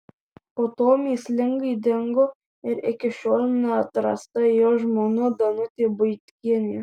po to mįslingai dingo ir iki šiol neatrasta jo žmona danutė buitkienė